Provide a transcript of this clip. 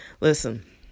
Listen